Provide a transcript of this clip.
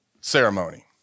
ceremony